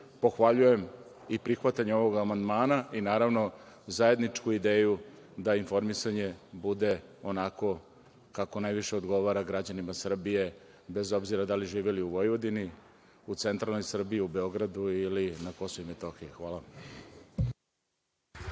pohvaljujem i prihvatanje ovog amandmana i naravno zajedničku ideju da informisanje bude onako kako najviše odgovara građanima Srbije, bez obzira da li živeli u Vojvodini, u centralnoj Srbiji, u Beogradu ili na KiM. Hvala